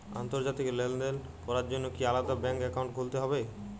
আন্তর্জাতিক লেনদেন করার জন্য কি আলাদা ব্যাংক অ্যাকাউন্ট খুলতে হবে?